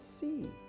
see